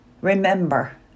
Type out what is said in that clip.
Remember